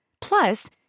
Plus